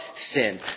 Sin